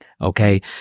Okay